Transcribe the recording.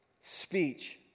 speech